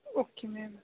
okay ma'am